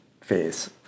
phase